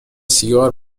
سیگار